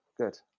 good